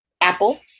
Apple